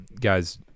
Guys